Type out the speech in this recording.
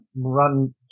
run